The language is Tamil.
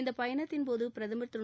இந்தப் பயணத்தின்போது பிரதமர் திரு